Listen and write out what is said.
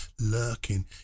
lurking